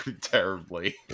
terribly